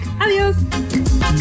Adios